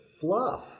fluff